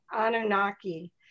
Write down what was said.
Anunnaki